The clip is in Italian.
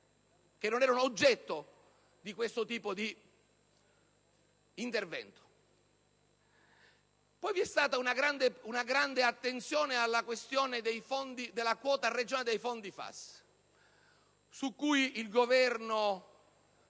che non erano oggetto di quel tipo di intervento. Vi è stata poi una grande attenzione alla questione relativa alla quota regionale dei fondi FAS, su cui il Governo